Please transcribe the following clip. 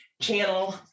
channel